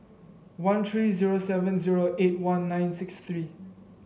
one three zero seven zero eight one nine six three